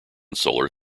solar